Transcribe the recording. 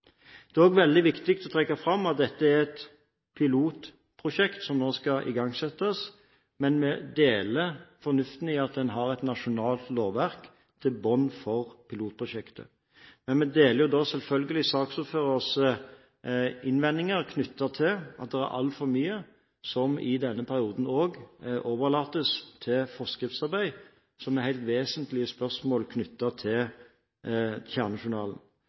Det er også veldig viktig å trekke fram at det er et pilotprosjekt som nå skal igangsettes. Vi ser fornuften i at pilotprosjektet har et nasjonalt lovverk i bunnen. Men vi deler selvfølgelig saksordførerens innvendinger, at det er altfor mye også i denne perioden som overlates til forskriftsarbeid, som er helt vesentlige spørsmål knyttet til kjernejournalen.